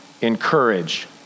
encourage